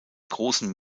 großen